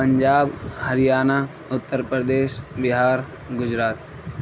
Punjab Haryana Uttar Pradesh Bihar Gujarat